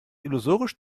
illusorisch